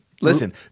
Listen